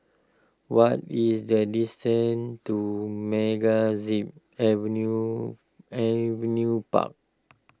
what is the distance to MegaZip Avenue Avenue Park